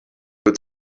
good